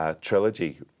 Trilogy